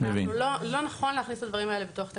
לא נכון להכניס את הדברים האלה בתוך תקנות.